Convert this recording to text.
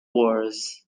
wars